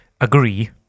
agree